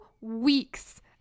weeks